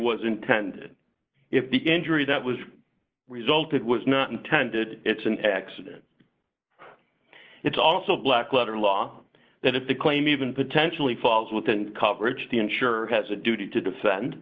was intended if the injury that was resulted was not intended it's an accident it's also black letter law that if the claim even potentially falls within coverage the insurer has a duty to defend